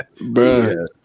Bro